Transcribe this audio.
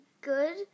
good